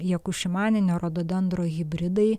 jekušimaninio rododendro hibridai